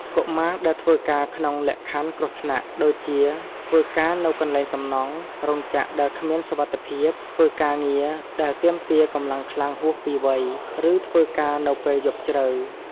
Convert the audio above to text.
កុមារដែលធ្វើការក្នុងលក្ខខណ្ឌគ្រោះថ្នាក់ ដូចជាធ្វើការនៅកន្លែងសំណង់ រោងចក្រដែលគ្មានសុវត្ថិភាព ធ្វើការងារដែលទាមទារកម្លាំងខ្លាំងហួសពីវ័យ ឬធ្វើការនៅពេលយប់ជ្រៅ។